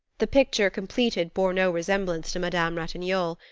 the picture completed bore no resemblance to madame ratignolle.